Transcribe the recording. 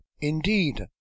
indeed